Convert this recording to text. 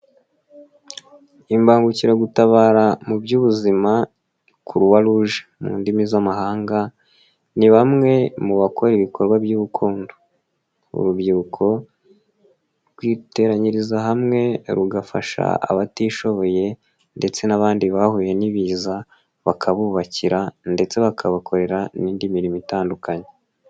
Imbangukiragutabara mu by'ubuzima kuruwaruje mu ndimi z'amahanga ni bamwe mu bakora ibikorwa by'urukundo. Urubyiruko rwiteranyiriza hamwe rugafasha abatishoboye ndetse n'abandi bahuye n'ibiza bakabubakira ndetse bakabakorera n'indi mirimo itandukanye.